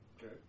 Okay